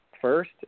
first